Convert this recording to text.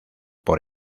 por